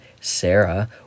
Sarah